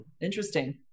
Interesting